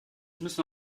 müssen